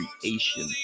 creation